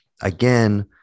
again